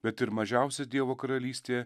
bet ir mažiausias dievo karalystėje